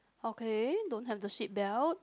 okay don't have the seatbelt